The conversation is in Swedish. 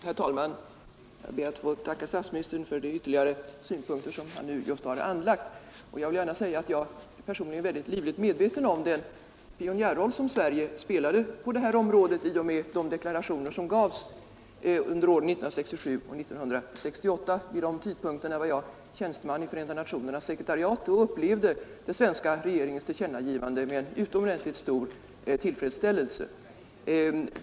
Herr talman! Jag ber att få tacka statsministern för de ytterligare synpunkter som han just har anlagt. Jag vill gärna säga att jag personligen är mycket livligt medveten om den pionjärroll som Sverige spelade på detta område i och med de deklarationer som gavs under åren 1967 och 1968. Vid de tidpunkterna var jag tjänsteman i Förenta nationernas sekretariat och upplevde den svenska regeringens tillkännagivande med utomordentligt stor tillfredsställelse.